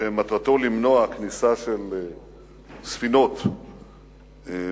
שמטרתו למנוע כניסה של ספינות לעזה.